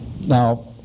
Now